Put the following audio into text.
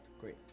Great